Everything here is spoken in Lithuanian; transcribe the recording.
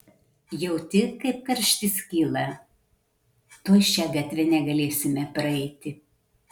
jauti kaip karštis kyla tuoj šia gatve negalėsime praeiti